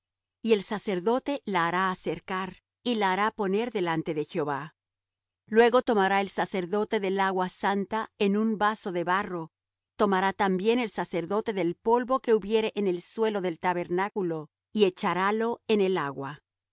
y el sacerdote la hará acercar y la hará poner delante de jehová luego tomará el sacerdote del agua santa en un vaso de barro tomará también el sacerdote del polvo que hubiere en el suelo del tabernáculo y echarálo en el agua